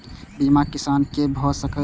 बीमा किसान कै भ सके ये?